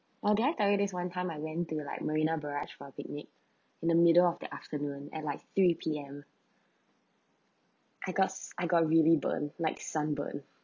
oh did I tell you there's one time I went to like marina barrage for picnic in the middle of the afternoon at like three P_M I got I got really burn like sunburn